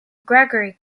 gregory